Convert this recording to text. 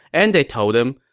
and they told him,